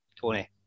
Tony